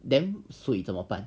then 水怎么办